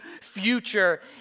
future